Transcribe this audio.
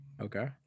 okay